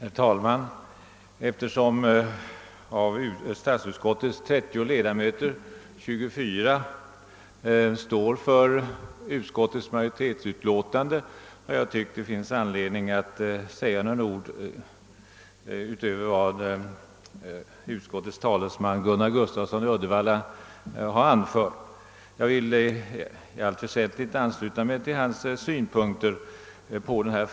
Herr talman! Eftersom av statsutskottets 30 ledamöter 24 står bakom utskottets förslag tycker jag att det finns anledning att säga några ord utöver vad som yttrats av utskottets talesman Gunnar Gustafsson i Uddevalla. I allt väsentligt vill jag ansluta mig till hans synpunkter i ämnet.